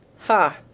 ha!